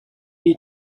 you